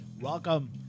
Welcome